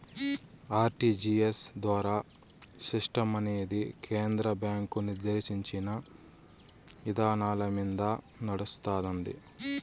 RTGS ద్వారా సిస్టమనేది కేంద్ర బ్యాంకు నిర్దేశించిన ఇదానాలమింద నడస్తాంది